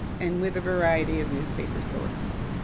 and with a variety of newspaper sources.